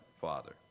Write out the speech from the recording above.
Father